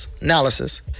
analysis